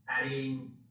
Adding